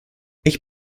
ich